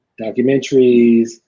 documentaries